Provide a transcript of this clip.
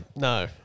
No